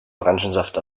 orangensaft